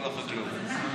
כל החקלאות.